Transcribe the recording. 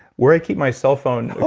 where i keep my cell phone,